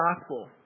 gospel